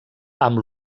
amb